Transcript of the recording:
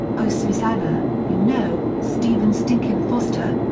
oh susanna, you know, stephen stinkin' foster?